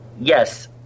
yes